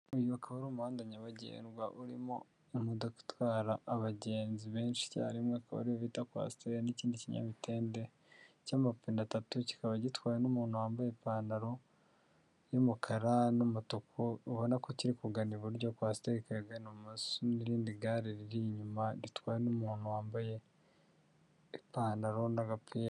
Uyu ukaba ari umuhanda nyabagendwa urimo imodoka itwara abagenzi benshi icyarimwe, akaba ariyo bita kwasiteri n'ikindi kinyamitende cy'amapine atatu, kikaba gitwawe n'umuntu wambaye ipantaro y'umukara n'umutuku, ubona ko kiri kugana iburyo, kwasiteri ikaba igana ibumoso n'irindi gare riri inyuma ritwawe n'umuntu wambaye ipantaro n'agapira.